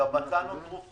גם עתה נותרו פה